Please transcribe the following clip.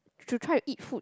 to try to eat food